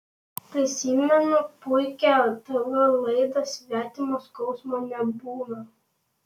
prisimenu puikią tv laidą svetimo skausmo nebūna